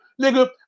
Nigga